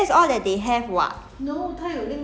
我哪里有买 McDonald 的给你